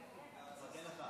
למה אתה מדבר?